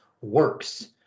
works